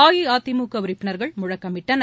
அஇஅதிமுக உறுப்பினர்கள் முழக்கமிட்டனர்